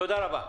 תודה רבה.